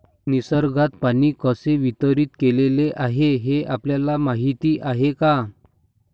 निसर्गात पाणी कसे वितरीत केलेले आहे हे आपल्याला माहिती आहे का?